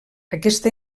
aquesta